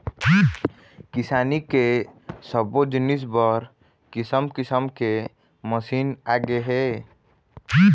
किसानी के सब्बो जिनिस बर किसम किसम के मसीन आगे हे